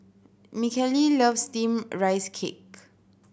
Michaele loves Steamed Rice Cake